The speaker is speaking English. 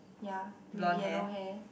ya with yellow hair